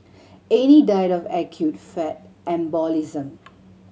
Annie died of acute fat embolism